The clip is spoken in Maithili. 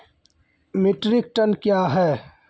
मीट्रिक टन कया हैं?